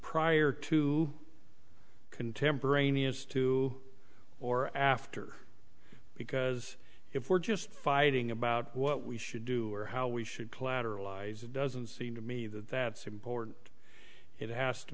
prior to contemporaneous to or after because if we're just fighting about what we should do or how we should collateralize it doesn't seem to me that that's important it has to